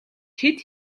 хэд